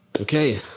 Okay